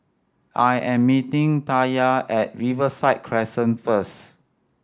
I am meeting Taya at Riverside Crescent first